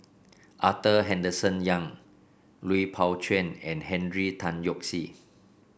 Arthur Henderson Young Lui Pao Chuen and Henry Tan Yoke See